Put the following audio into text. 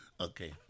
Okay